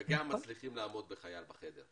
וגם מצליחים לעמוד בחייל בחדר,